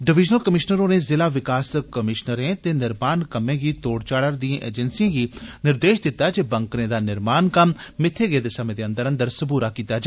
divisional commissioner होरें ज़िला विकास कमीशनरें ते निर्माण कम्मै गी तोड़ चाढ़ा दी एजेंसियें गी निर्देश दिता जे बंकरें दा निर्माण कम्म मित्थे गेदे समें अंदर सबूरा कीता जा